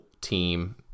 team